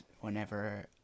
whenever